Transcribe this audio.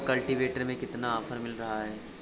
Cultivator में कितना offer मिल रहा है?